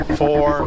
four